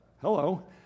hello